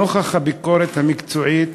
נוכח הביקורת המקצועית